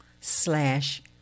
slash